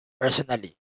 Personally